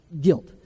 guilt